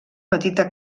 petita